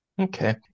Okay